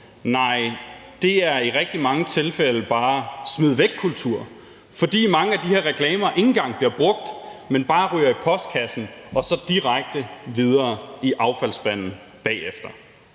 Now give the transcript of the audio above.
nej, det er i rigtig mange tilfælde bare smid væk-kultur, fordi mange af de her reklamer ikke engang bliver brugt, men bare ryger i postkassen og så direkte videre i affaldsspanden bagefter.